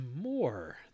more